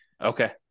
Okay